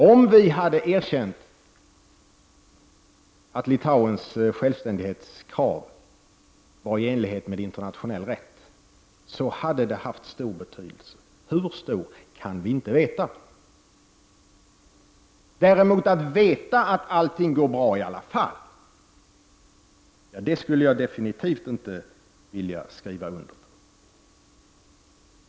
Om vi hade erkänt att Litauens självständighetskrav var i enlighet med internationell rätt, så hade det haft stor betydelse; hur stor kan vi inte veta. Att vi kan veta att allting går bra i alla fall — det skulle jag däremot definitivt inte vilja skriva under på.